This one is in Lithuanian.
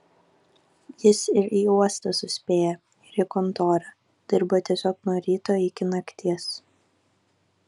jis ir į uostą suspėja ir į kontorą dirba tiesiog nuo ryto iki nakties